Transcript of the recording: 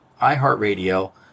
iHeartRadio